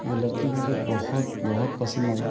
وہ لڑکی مجھے بہت بہت پسند آئی